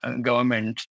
government